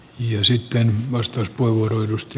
ja sitten vasta puhuroidusti